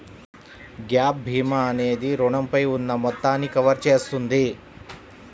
gap భీమా అనేది రుణంపై ఉన్న మొత్తాన్ని కవర్ చేస్తుంది